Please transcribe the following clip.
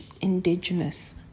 indigenous